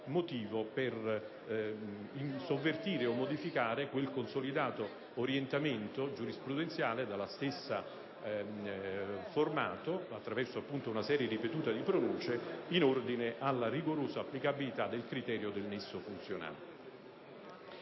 per sovvertire o modificare quel consolidato orientamento giurisprudenziale dalla stessa formato attraverso una serie ripetuta di pronunce in ordine alla rigorosa applicabilità del criterio del nesso funzionale.